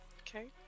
Okay